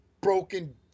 broken